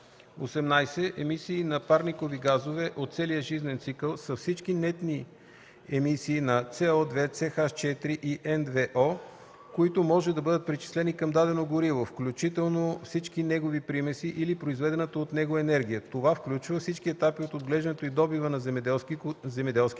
18. „Емисии на парникови газове от целия жизнен цикъл” са всички нетни емисии на CO2, CH4 и N2O, които може да бъдат причислени към дадено гориво (включително всички негови примеси) или произведената от него енергия. Това включва всички етапи от отглеждането и добива на земеделските култури,